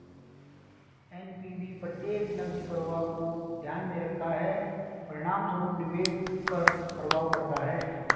NPV प्रत्येक नकदी प्रवाह को ध्यान में रखता है, परिणामस्वरूप निवेश पर प्रभाव पड़ता है